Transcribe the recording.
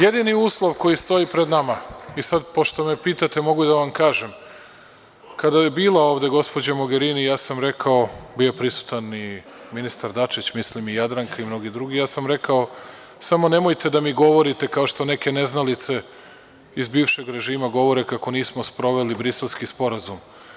Jedini uslov koji stoji pred nama, sad pošto me pitate mogu i da vam kažem, kada je bila ovde gospođa Mogerini, bio je prisutan i ministar Dačić, mislim i Jadranka, i mnogi drugi, ja sam rekao – samo nemojte da mi govorite, kao što neke neznalice iz bivšeg režima govore, kako nismo sproveli Briselski sporazum.